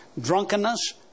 Drunkenness